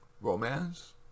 romance